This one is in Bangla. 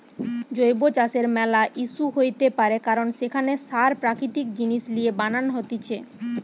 জৈব চাষের ম্যালা ইস্যু হইতে পারে কারণ সেখানে সার প্রাকৃতিক জিনিস লিয়ে বানান হতিছে